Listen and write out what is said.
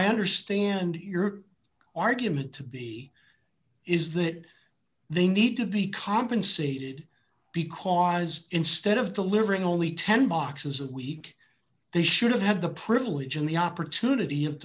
i understand your argument to be is that they need to be compensated because instead of delivering only ten boxes of week they should have had the privilege in the opportunity of